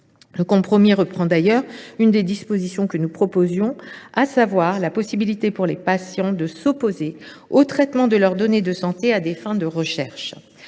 été conclu reprend d’ailleurs l’une des dispositions que nous proposions, à savoir la possibilité pour les patients de s’opposer au traitement de leurs données de santé à des fins de recherche.